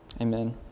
Amen